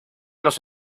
los